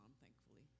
thankfully